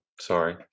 sorry